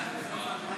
(2)